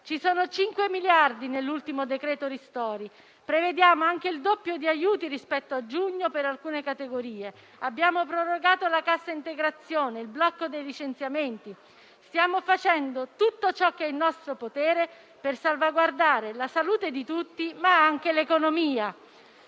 ci sono 5 miliardi di euro nell'ultimo decreto ristori, prevediamo anche il doppio di aiuti rispetto a giugno per alcune categorie; abbiamo prorogato la cassa integrazione, il blocco dei licenziamenti; stiamo facendo tutto ciò che è in nostro potere per salvaguardare la salute di tutti, ma anche l'economia.